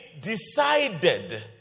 decided